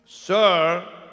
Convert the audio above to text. Sir